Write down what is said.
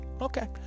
Okay